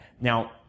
Now